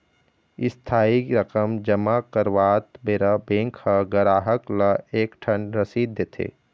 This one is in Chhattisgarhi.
इस्थाई रकम जमा करवात बेरा बेंक ह गराहक ल एक ठन रसीद देथे